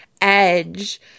edge